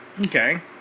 Okay